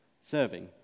serving